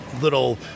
little